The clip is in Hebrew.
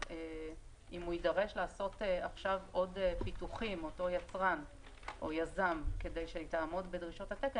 אם אותו יצרן או יזם יידרש לעשות עוד פיתוחים כדי לעמוד בדרישות התקן,